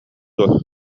дуо